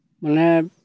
ᱢᱟᱱᱮ